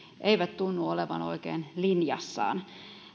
eivät tunnu olevan oikein linjassaan